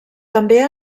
també